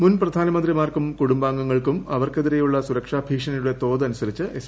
മുൻ പ്രധാനമന്ത്രിമാർക്കും കുടുംബാംഗങ്ങൾക്കും അവർക്കെതിരെയുളള സുരക്ഷാ ഭീഷണിയുടെ തോത് അനുസരിച്ച് എസ്